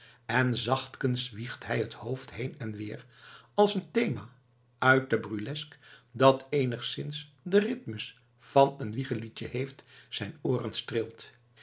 en zachtkens wiegt hij het hoofd heen en weer als een thema uit de burlesqe dat eenigszins den rhytmus van een wiegeliedje heeft zijn ooren streelt